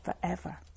forever